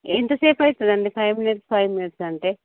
ఎంతసేపు అవుతుందండి five minutes five minutes అంటే